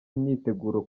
imyiteguro